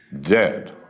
Dead